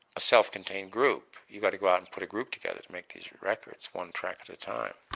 a self-contained group. you got to go out and put a group together to make these records one track at a time